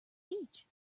beach